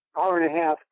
hour-and-a-half